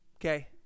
okay